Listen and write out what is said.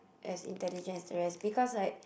as intelligent as the rest because right